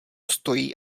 stojí